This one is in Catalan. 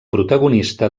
protagonista